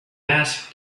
asked